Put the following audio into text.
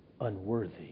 unworthy